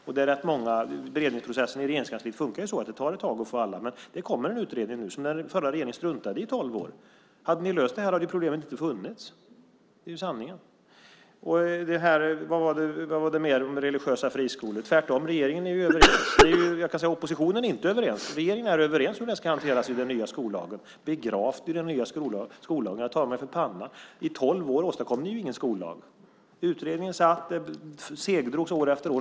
I rätt många beredningsprocesser i Regeringskansliet funkar det så att det tar ett tag att fånga in alla. Men det kommer en utredning som den förra regeringen struntade i under tolv år. Hade ni löst det här hade problemet inte funnits. Det är ju sanningen. När det gäller religiösa friskolor är oppositionen inte överens. Vi i regeringen är överens om hur de ska hanteras i den nya skollagen. Begravt i den nya skollagen? Jag tar mig för pannan. Under tolv år åstadkom ni ju ingen skollag. Utredningen segdrogs år efter år.